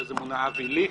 אז מונה אבי ליכט,